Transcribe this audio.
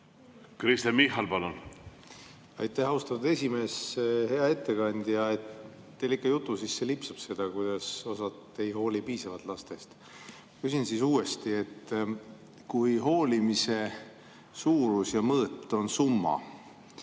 Kristen Michal, palun! Aitäh, austatud esimees! Hea ettekandja! Teil ikka jutu sisse lipsab seda, et osa inimesi ei hooli piisavalt lastest. Küsin siis uuesti. Kui hoolimise suurus ja mõõt on summa,